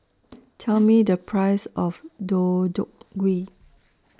Tell Me The Price of Deodeok Gui